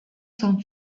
san